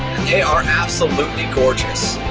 and they are absolutely gorgeous.